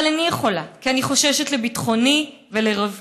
אבל איני יכולה, כי אני חוששת לביטחוני ולרווחתי.